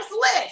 List